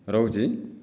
ରହୁଛି